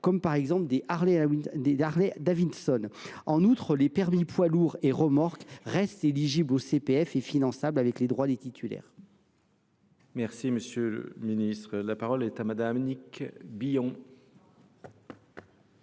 –, par exemple les Harley Davidson. En outre, les permis poids lourd et remorque restent éligibles au CPF et finançables avec les droits des titulaires. La parole est à Mme Annick Billon,